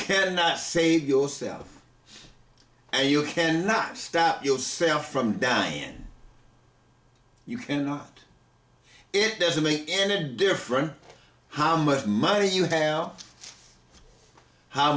cannot save yourself and you can not stop you'll sail from down you cannot it doesn't make any difference how much money you have how